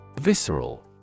Visceral